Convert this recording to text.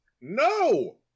No